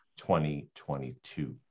2022